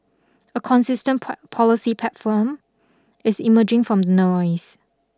a consistent policy platform is emerging from noise